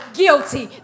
guilty